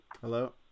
Hello